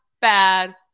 bad